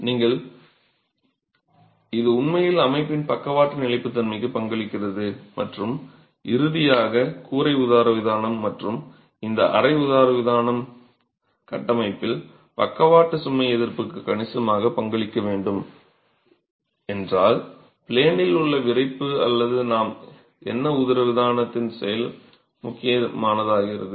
நீங்கள் இது உண்மையில் அமைப்பின் பக்கவாட்டு நிலைத்தன்மைக்கு பங்களிக்கிறது மற்றும் இறுதியாக கூரை உதரவிதானம் மற்றும் இந்த அறை உதரவிதானம் கட்டமைப்பில் பக்கவாட்டு சுமை எதிர்ப்பிற்கு கணிசமாக பங்களிக்க வேண்டும் என்றால் ப்ளேனில் உள்ள விறைப்பு அல்லது நாம் என்ன உதரவிதானத்தின் செயல் முக்கியமானதாகிறது